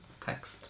text